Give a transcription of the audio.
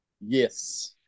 Yes